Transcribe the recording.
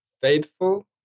faithful